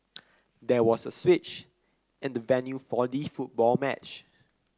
there was a switch in the venue for the football match